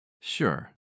Sure